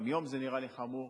גם יום נראה לי חמור.